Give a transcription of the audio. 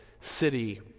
city